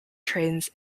trains